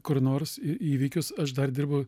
kur nors į įvykius aš dar dirbu